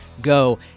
Go